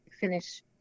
finish